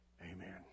amen